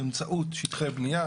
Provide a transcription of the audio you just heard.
באמצעות שטחי בנייה,